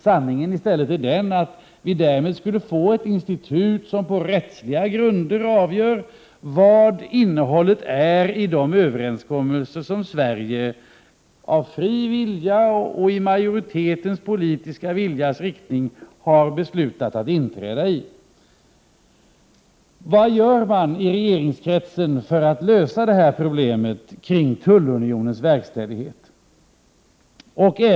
Sanningen är i stället den att vi i Sverige därmed skulle få ett institut som på rättsliga grunder avgör vad innehållet är i de överenskommelser som Sverige av fri vilja och i majoritetens politiska viljas riktning har beslutat att ansluta sig till. Vad gör man i regeringskretsen för att lösa problemet kring tullunionens verkställighet?